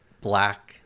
black